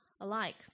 alike